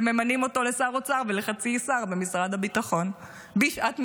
וממנים אותו לשר אוצר ולחצי שר במשרד הביטחון בשעת מלחמה,